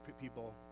people